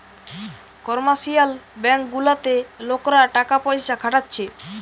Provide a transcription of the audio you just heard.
commercial bank গুলাতে লোকরা টাকা পয়সা খাটাচ্ছে